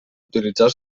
utilitzar